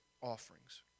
offerings